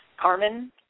Carmen